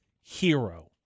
Hero